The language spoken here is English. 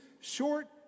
short